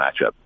matchup